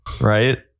right